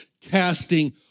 casting